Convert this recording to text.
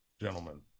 gentlemen